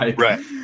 right